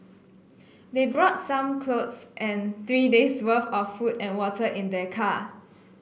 they brought some clothes and three days' worth of food and water in their car